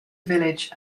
village